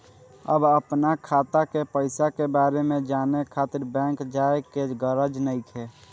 अब अपना खाता के पईसा के बारे में जाने खातिर बैंक जाए के गरज नइखे